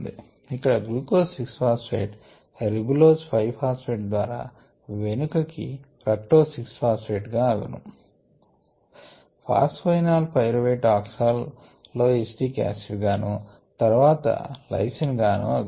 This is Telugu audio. ఇక్కడ గ్లూకోజ్ 6 ఫాస్ఫెట్ రిబ్యూలోజ్ 5 ఫాస్ఫెట్ ద్వారా వెనుకకి ఫ్రక్టోజ్ 6 ఫాస్ఫెట్ అగును phosphoenol pyruvate oxaloacetic acid గాను తర్వాత లైసిన్ గాను అగును